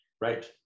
Right